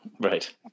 Right